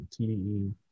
TDE